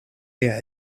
lia